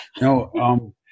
No